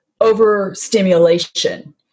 overstimulation